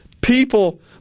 people